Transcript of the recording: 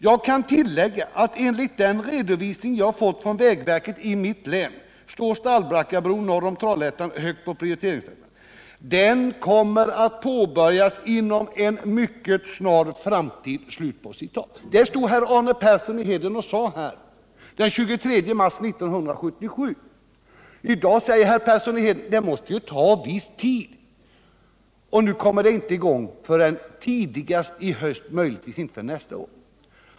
Jag kan tillägga att enligt den redovisning jag fått från vägverket i mitt län står Stallbackabron norr om Trollhättan högt på prioriteringslistan. Den kommer att påbörjas inom en mycket snar framtid.” Det stod Arne Persson här och sade den 23 mars 1977. I dag säger han att det måste ta viss tid, och nu kommer det hela inte i gång förrän tidigast i höst eller möjligen inte förrän nästa år.